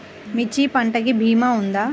మిర్చి పంటకి భీమా ఉందా?